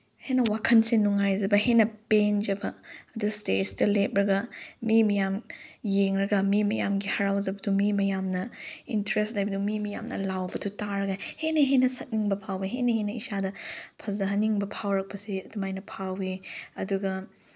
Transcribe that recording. ꯍꯦꯟꯅ ꯋꯥꯈꯜꯁꯦ ꯅꯨꯉꯥꯏꯖꯕ ꯍꯦꯟꯅ ꯄꯦꯟꯖꯕ ꯑꯗ ꯏꯁꯇꯦꯖꯇ ꯂꯦꯞꯂꯒ ꯃꯤ ꯃꯌꯥꯝ ꯌꯦꯡꯂꯒ ꯃꯤ ꯃꯌꯥꯝꯒꯤ ꯍꯔꯥꯎꯖꯕꯗꯣ ꯃꯤ ꯃꯌꯥꯝꯅ ꯏꯟꯇꯔꯦꯁ ꯂꯩꯕꯗꯣ ꯃꯤ ꯃꯌꯥꯝꯅ ꯂꯥꯎꯕꯗꯣ ꯇꯥꯔꯒ ꯍꯦꯟꯅ ꯍꯦꯟꯅ ꯁꯛꯅꯤꯡꯕ ꯐꯥꯎꯕ ꯍꯦꯟꯅ ꯍꯦꯟꯅ ꯏꯁꯥꯗ ꯐꯖꯍꯟꯅꯤꯡꯕ ꯐꯥꯎꯔꯛꯄꯁꯦ ꯑꯗꯨꯃꯥꯏꯅ ꯐꯥꯎꯏ ꯑꯗꯨꯒ